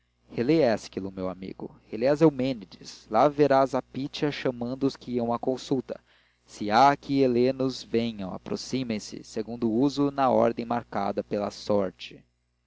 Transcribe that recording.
ésquilo meu amigo relê as eumênides lá verás a pítia chamando os que iam à consulta se há aqui helenos venham aproximem se segundo o uso na ordem marcada pela sorte